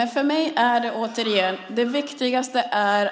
Återigen: För mig är det viktigaste